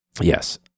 Yes